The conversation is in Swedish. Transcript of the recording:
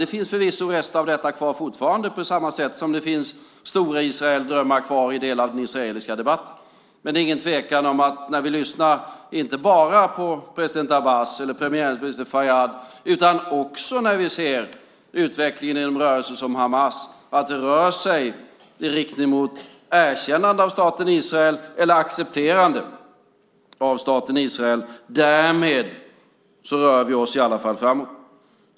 Det finns förvisso rester av detta kvar på samma sätt som det finns drömmar om Stor-Israel kvar i delar av den israeliska debatten. Men när vi lyssnar på inte bara president Abbas eller premiärminister Fayad utan också ser utvecklingen i rörelser som Hamas är det ingen tvekan om att det rör sig i riktning mot ett erkännande eller ett accepterande av staten Israel. Därmed rör vi oss i alla fall framåt.